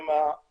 שמא